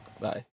Bye